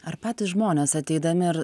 ar patys žmonės ateidami ir